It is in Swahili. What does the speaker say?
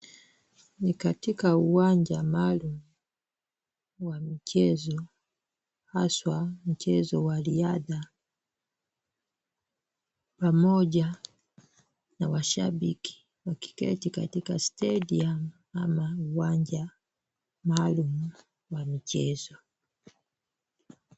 Ni katika uwanja maalum wa michezo haswa mchezo wa riadha pamoja na washabiki wakiketi katika stadium ama uwanja maalum wa michezo.